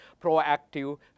proactive